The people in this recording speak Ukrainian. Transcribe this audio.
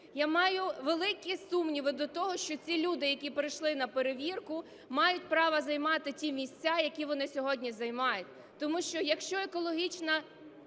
Я маю великі сумніви до того, що ці люди, які прийшли на перевірку, мають право займати ті місця, які вони сьогодні займають. Тому що якщо екологічні